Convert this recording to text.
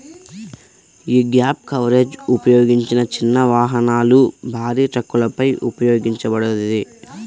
యీ gap coverage ఉపయోగించిన చిన్న వాహనాలు, భారీ ట్రక్కులపై ఉపయోగించబడతది